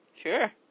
Sure